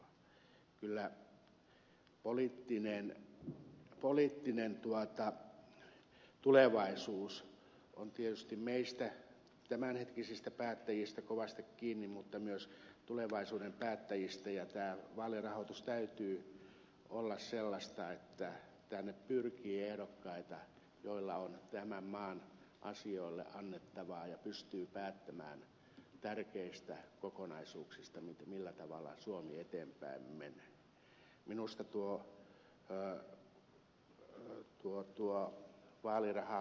kyllä poliittinen tulevaisuus on tietysti meistä tämänhetkisistä päättäjistä kovasti kiinni mutta myös tulevaisuuden päättäjistä ja tämän vaalirahoituksen täytyy olla sellaista että tänne pyrkii ehdokkaita joilla on tämän maan asioille annettavaa ja jotka pystyvät päättämään tärkeistä kokonaisuuksista millä tavalla suomi eteenpäin menee